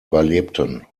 überlebten